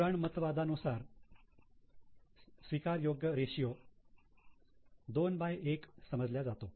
पुराणमतवादा अनुसार स्वीकार योग्य रेशियो 2 बाय 1 समजल्या जातो